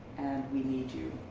and we need you.